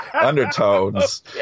undertones